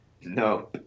No